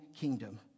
kingdom